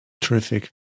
Terrific